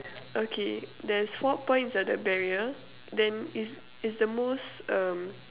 okay there's four points at the barrier then is is the most um